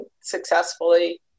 successfully